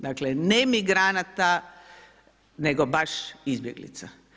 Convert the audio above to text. Dakle ne migranata nego baš izbjeglica.